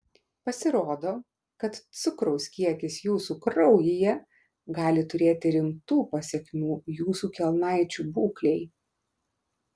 pasirodo kad cukraus kiekis jūsų kraujyje gali turėti rimtų pasekmių jūsų kelnaičių būklei